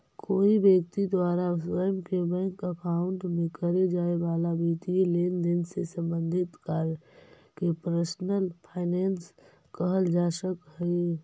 कोई व्यक्ति द्वारा स्वयं के बैंक अकाउंट में करे जाए वाला वित्तीय लेनदेन से संबंधित कार्य के पर्सनल फाइनेंस कहल जा सकऽ हइ